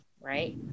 right